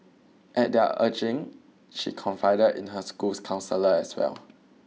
at their urging she confided in her school's counsellor as well